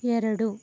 ಎರಡು